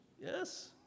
yes